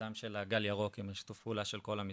המיזם של "גל ירוק" עם שיתוף הפעולה של כל המשרדים.